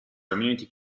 community